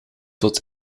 tot